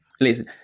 Listen